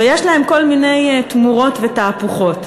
ויש בהם כל מיני תמורות ותהפוכות,